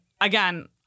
again